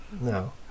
No